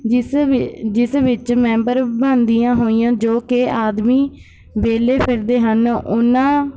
ਜਿਸ ਵਿ ਜਿਸ ਵਿੱਚ ਮੈਂਬਰ ਬਣਦੀਆਂ ਹੋਈਆਂ ਜੋ ਕਿ ਆਦਮੀ ਵਿਹਲੇ ਫਿਰਦੇ ਹਨ ਉਨ੍ਹਾਂ